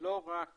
לא רק